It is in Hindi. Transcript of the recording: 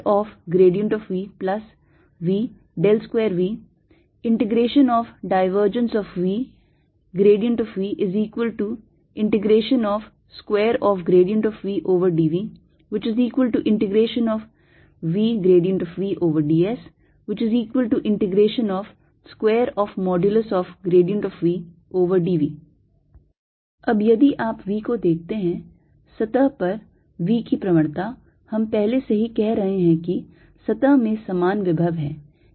2V0 VVV2V2V VVV2dVVVdSV2dV अब यदि आप V को देखते हैं सतह पर V की प्रवणता हम पहले से ही कह रहे हैं कि सतह में समान विभव है